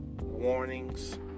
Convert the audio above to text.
warnings